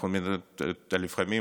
לפעמים